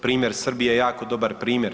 Primjer Srbije je jako dobar primjer.